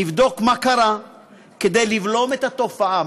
נבדוק מה קרה כדי לבלום את התופעה.